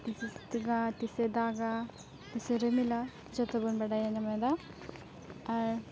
ᱛᱤᱥᱮ ᱥᱤᱛᱤᱩᱝᱟ ᱛᱤᱥᱮ ᱫᱟᱜᱟ ᱛᱤᱥᱮ ᱨᱤᱢᱤᱞᱟ ᱡᱚᱛᱚᱵᱚᱱ ᱵᱟᱰᱟᱭ ᱧᱟᱢᱮᱫᱟ ᱟᱨ